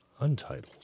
Untitled